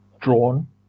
drawn